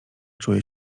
czuje